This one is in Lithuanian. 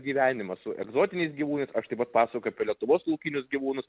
gyvenimą su egzotiniais gyvūnais aš taip pat pasakoju apie lietuvos laukinius gyvūnus